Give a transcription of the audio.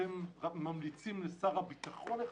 אתם ממליצים לשר הביטחון?